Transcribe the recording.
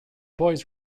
boys